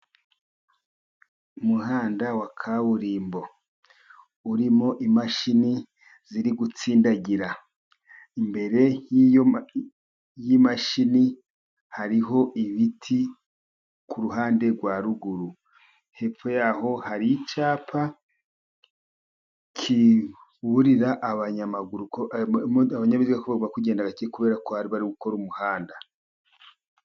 Umuhanda wa kaburimbo urimo imashini ziri gutsindagira, imbere y'imashini hariho ibiti kuruhande rwa ruguru, hepfo yaho hari icyapa kiburira abanyamaguru, abanyabiziga ko bagomba kugenda gake, kubera ko bari gukora umuhanda.